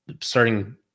starting